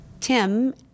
Tim